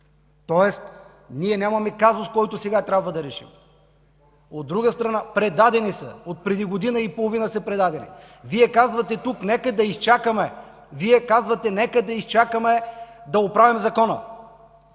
Тоест ние нямаме казус, който сега трябва да решим. (Реплики.) Предадени са! Отпреди година и половина са предадени. Вие казвате тук: „Нека да изчакаме да оправим закона.”